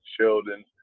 Sheldon